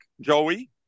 Joey